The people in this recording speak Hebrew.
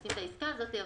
מבצעים את העסקה הזאת.